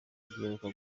giheruka